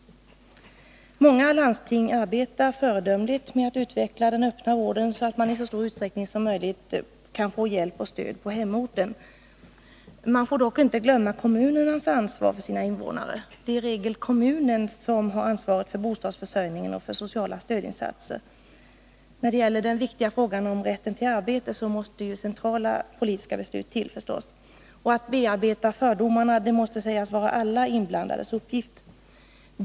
Många landsting arbetar föredömligt med att utveckla den öppna vården, så att man i så stor utsträckning som möjligt kan få hjälp och stöd på hemorten. Man får dock inte glömma kommunernas ansvar för sina invånare. Det är i regel kommunen som har ansvaret för bostadsförsörjningen och för sociala stödinsatser. När det gäller den viktiga frågan om rätten till arbete måste centrala politiska beslut till. Att bearbeta sådana här fördomar måste sägas vara alla inblandades uppgift.